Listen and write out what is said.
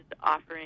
offering